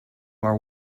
are